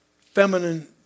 feminine